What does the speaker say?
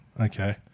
Okay